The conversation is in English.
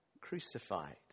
crucified